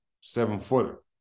seven-footer